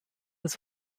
des